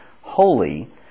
holy